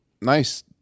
Nice